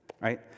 right